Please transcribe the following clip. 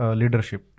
leadership